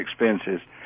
expenses